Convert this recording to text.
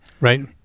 Right